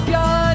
God